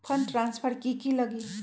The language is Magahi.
फंड ट्रांसफर कि की लगी?